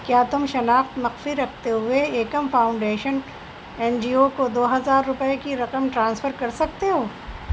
کیا تم شناخت مخفی رکھتے ہوئے Ekam foundation N G O کو دو ہزار روپے کی رقم ٹرانسفر کر سکتے ہو